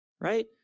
right